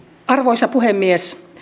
arvoisa puhemies